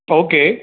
okay